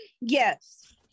Yes